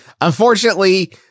Unfortunately